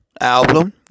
album